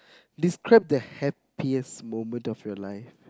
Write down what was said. describe the happiest moment of your life